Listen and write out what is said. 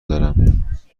دارم